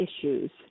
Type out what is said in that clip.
issues